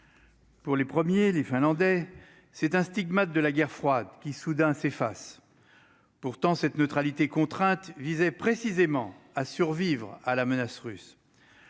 pour les premiers, les Finlandais, c'est un stigmate de la guerre froide qui soudain s'efface pourtant cette neutralité contrainte visait précisément à survivre à la menace russe